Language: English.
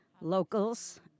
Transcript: Locals